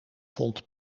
vond